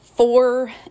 four